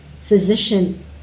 physician